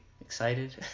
excited